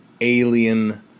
alien